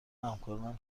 همکارانم